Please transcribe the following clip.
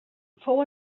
fou